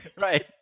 right